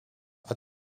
are